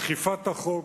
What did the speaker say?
מערכת אכיפת החוק,